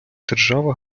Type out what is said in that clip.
держава